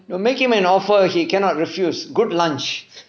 no make him an offer he cannot refuse good lunch